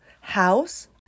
house